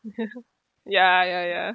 ya ya ya